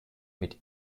mit